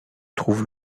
trouvent